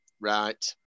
Right